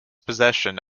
possession